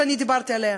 שאני דיברתי עליה,